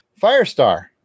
Firestar